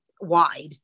wide